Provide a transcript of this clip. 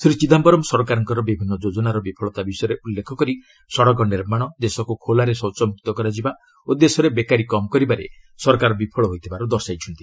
ଶ୍ରୀ ଚିଦାୟରମ୍ ସରକାରଙ୍କର ବିଭିନ୍ନ ଯୋଜନାର ବିଫଳତା ବିଷୟରେ ଉଲ୍ଲେଖ କରି ସଡ଼କ ନିର୍ମାଣ ଦେଶକୁ ଖୋଲାରେ ଶୌଚମୁକ୍ତ କରାଯିବା ଓ ଦେଶରେ ବେକାରୀ କମ୍ କରିବାରେ ସରକାର ବିଫଳ ହୋଇଥିବାର ଦର୍ଶାଇଛନ୍ତି